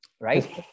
Right